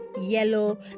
yellow